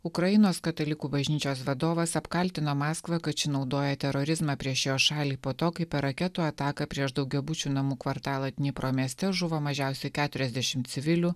ukrainos katalikų bažnyčios vadovas apkaltino maskvą kad ši naudoja terorizmą prieš jo šalį po to kai per raketų ataką prieš daugiabučių namų kvartalą dniepro mieste žuvo mažiausiai keturiasdešimt civilių